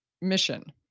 mission